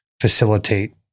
facilitate